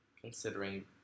considering